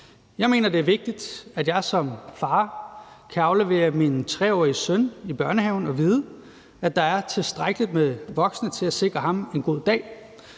Jeg mener, det er vigtigt, at jeg som far kan aflevere min 3-årige søn i børnehaven og vide, at der er tilstrækkeligt med voksne til at sikre ham en god dag,